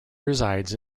resides